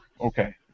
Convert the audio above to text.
okay